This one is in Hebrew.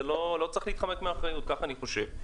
לא צריך להתחמק מאחריות, כך אני חושב.